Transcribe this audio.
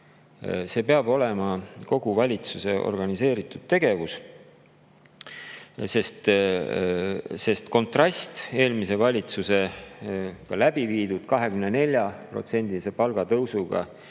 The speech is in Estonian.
See peab olema kogu valitsuse organiseeritud tegevus, sest kontrast eelmise valitsuse läbiviidud 24%-lise palgatõusuga